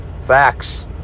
Facts